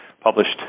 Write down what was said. published